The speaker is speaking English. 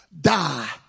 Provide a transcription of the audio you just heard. die